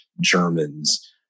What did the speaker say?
Germans